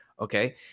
Okay